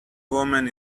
woman